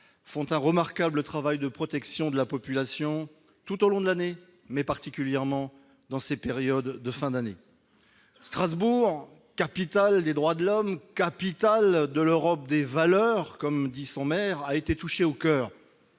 font un remarquable travail de protection de la population tout au long de l'année, particulièrement durant la période des fêtes de fin d'année. Strasbourg, capitale des droits de l'homme, capitale de l'Europe des valeurs, comme le dit son maire, a été touchée au coeur